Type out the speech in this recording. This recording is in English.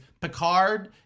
Picard